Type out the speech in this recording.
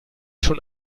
schon